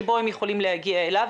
ואני מאוד גאה בזה,